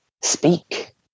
speak